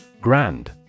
Grand